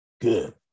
Good